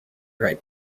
right